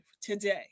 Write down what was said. today